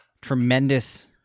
tremendous